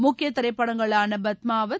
முக்கிய திரைப்படங்களான பத்மாவத்